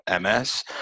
MS